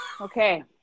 Okay